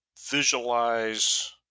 visualize